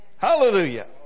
Hallelujah